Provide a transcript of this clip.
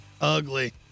Ugly